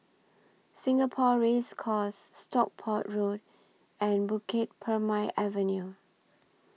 Singapore Race Course Stockport Road and Bukit Purmei Avenue